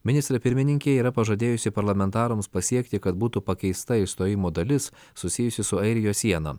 ministrė pirmininkė yra pažadėjusi parlamentarams pasiekti kad būtų pakeista išstojimo dalis susijusi su airijos siena